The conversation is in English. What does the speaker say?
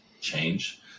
change